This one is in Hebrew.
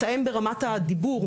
מתאם ברמת הדיבור,